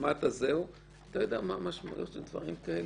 אתה יודע מה המשמעויות של דברים כאלה?